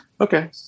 Okay